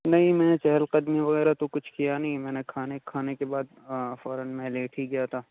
نہیں میں چہل قدمی وغیرہ تو کچھ کیا نہیں میں نے کھانے کھانے کے بعد فوراً میں لیٹ ہی گیا تھا